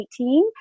2018